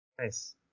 Nice